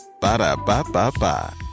Ba-da-ba-ba-ba